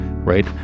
right